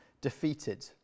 defeated